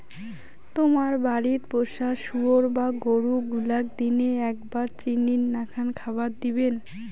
তোমার বাড়িত পোষা শুয়োর বা গরু গুলাক দিনে এ্যাকবার চিনির নাকান খাবার দিবেন